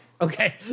Okay